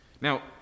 Now